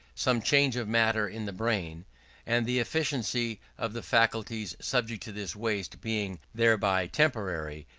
some change of matter in the brain and the efficiency of the faculties subject to this waste being thereby temporarily,